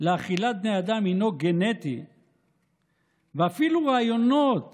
לאכילת בני אדם הוא גנטי ואפילו רעיונות